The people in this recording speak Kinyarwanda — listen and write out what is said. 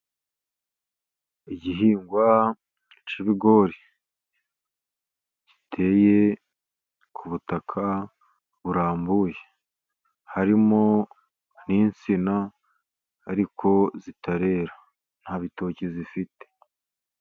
Igihingwa cy'ibigori giteye ku butaka burambuye, harimo n'insina zitarera. Nta bitoki zifite .